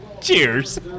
Cheers